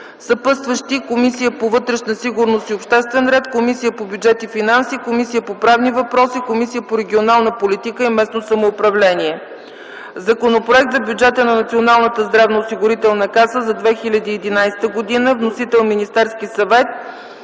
Съпътстващи: Комисията по вътрешна сигурност и обществен ред, Комисията по бюджет и финанси, Комисията по правни въпроси, Комисията по регионална политика и местно самоуправление; - Законопроект за Бюджета на Националната здравноосигурителна каса за 2011 г. Вносител: Министерски съвет.